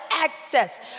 access